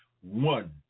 one